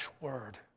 word